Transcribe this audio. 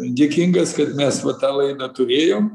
dėkingas kad mes va tą laidą turėjom